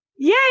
Yay